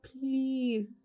please